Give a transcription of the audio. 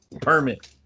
Permit